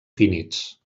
finits